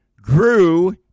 grew